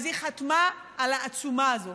אז היא חתמה על העצומה הזאת,